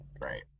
Right